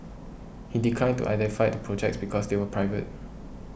he declined to identify the projects because they were private